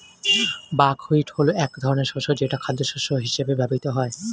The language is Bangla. বাকহুইট হলো এক ধরনের শস্য যেটা খাদ্যশস্য হিসেবে ব্যবহৃত হয়